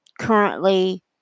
currently